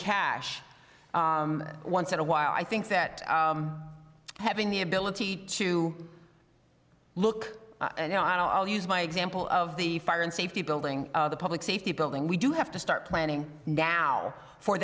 cash once in a while i think that having the ability to look you know i'll use my example of the fire and safety building the public safety building we do have to start planning now for